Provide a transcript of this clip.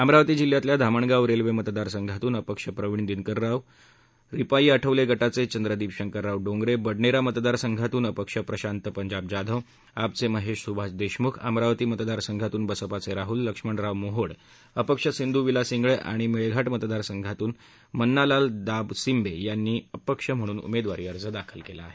अमरावती जिल्ह्यातल्या धामणगाव रेल्वे मतदार संघातून अपक्ष प्रवीण दिनकरराव घुईखेडकर रिपाई आठवले गटाचे चंद्रदिप शंकरराव डोंगरे बडनेरा मतदार संघातून अपक्ष प्रशांत पंजाब जाधव आपचे महेश सुभाष देशमुख अमरावती मतदार संघातून बसपाचे राहुल लक्ष्मणराव मोहोड अपक्ष सिंधु विलास गेळे आणि मेळघाट मतदार संघातून मन्नालाल दाबसिंबे यांनी अपक्ष म्हणून उमेदवारी अर्ज दाखल केला आहे